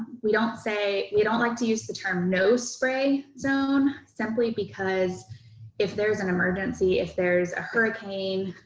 we don't say, we don't like to use the term no spray zone, simply because if there's an emergency, if there's a hurricane,